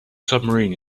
submarine